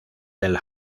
del